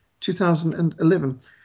2011